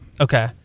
Okay